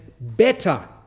better